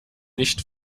nicht